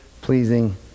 pleasing